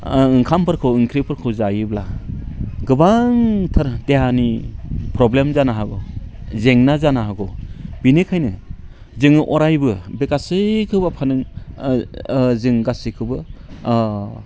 ओंखामफोरखौ ओंख्रिफोरखौ जायोब्ला गोबांथार देहानि प्रब्लेम जानो हागौ जेंना जानो हागौ बिनिखायनो जोङो अरायबो बे गासैखोबो जों गासैखौबो